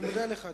אני מודה לך,